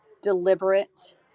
deliberate